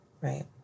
right